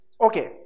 Okay